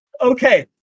Okay